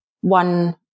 one